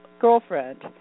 girlfriend